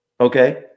Okay